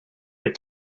good